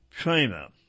China